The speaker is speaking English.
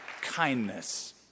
Kindness